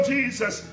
Jesus